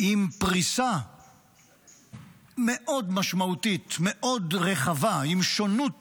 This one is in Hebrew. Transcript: עם פריסה מאוד משמעותית, מאוד רחבה, עם שונות